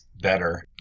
better